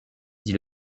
dit